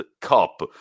cup